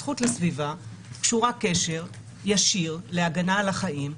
הזכות לסביבה קשורה קשר ישיר להגנה על החיים,